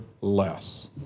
less